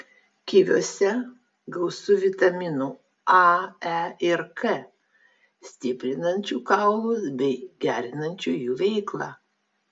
kiviuose gausu vitaminų a e ir k stiprinančių kaulus bei gerinančių jų veiklą